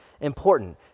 important